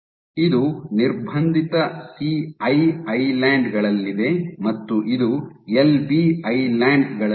ಇದು ನಿರ್ಬಂಧಿತ CI island ಗಳಲ್ಲಿದೆ ಮತ್ತು ಇದು ಎಲ್ ಬಿ ಐಲ್ಯಾನ್ಡ್ ಗಳಲ್ಲಿತ್ತು